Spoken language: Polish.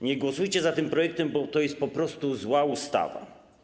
Nie głosujcie za tym projektem, bo to jest po prostu zła ustawa.